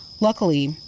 Luckily